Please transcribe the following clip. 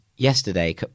Yesterday